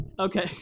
Okay